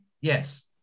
Yes